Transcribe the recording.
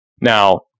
Now